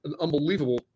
unbelievable